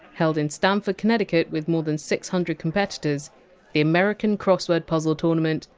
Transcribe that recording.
held in stamford, connecticut with more than six hundred competitors the american crossword puzzle tournament,